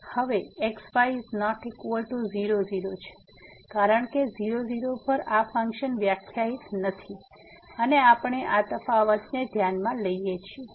હવે x y ≠ 00 માટે કારણ કે 00 પર આ ફંક્શન વ્યાખ્યાકિત નથી અને આપણે આ તફાવતને ધ્યાનમાં લઈએ છીએ